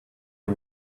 you